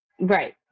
Right